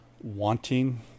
wanting